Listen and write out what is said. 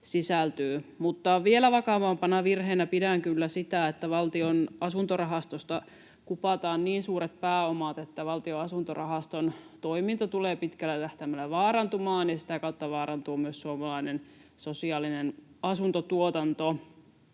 vielä vakavampana virheenä pidän kyllä sitä, että Valtion asuntorahastosta kupataan niin suuret pääomat, että Valtion asuntorahaston toiminta tulee pitkällä tähtäimellä vaarantumaan, ja sitä kautta vaarantuu myös suomalainen sosiaalinen asuntotuotanto